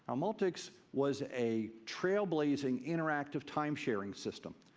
um multics was a trailblazing interactive time-sharing system.